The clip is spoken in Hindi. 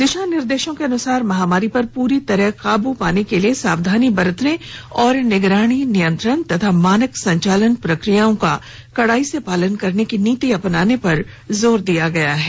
दिशा निर्देशों के अनुसार महामारी पर पूरी तरह काबू पाने तक सावधानी बरतने और निगरानी नियंत्रण तथा मानक संचालन प्रक्रियाओं का कडाई से पालन करने की नीति अपनाने पर जोर दिया गया है